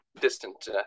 distant